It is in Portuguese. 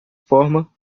forma